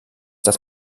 das